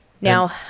Now